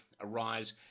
arise